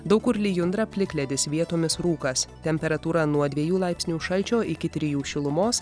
daug kur lijundra plikledis vietomis rūkas temperatūra nuo dviejų laipsnių šalčio iki trijų šilumos